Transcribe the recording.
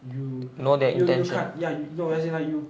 you you you can't you know as in like you